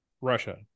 Russia